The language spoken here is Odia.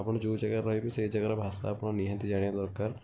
ଆପଣ ଯେଉଁ ଜାଗାରେ ରହିବେ ସେଇ ଜାଗାର ଭାଷା ଆପଣ ନିହାତି ଜାଣିବା ଦରକାର